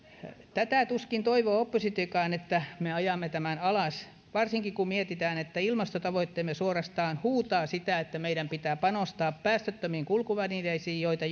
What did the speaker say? sitä tuskin toivoo oppositiokaan että me ajamme tämän alas varsinkin kun mietitään että ilmastotavoitteemme suorastaan huutaa sitä että meidän pitää panostaa päästöttömiin kulkuvälineisiin joista